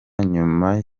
nyuma